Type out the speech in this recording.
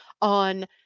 on